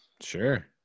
Sure